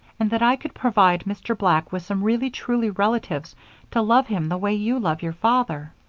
and that i could provide mr. black with some really truly relatives to love him the way you love your father.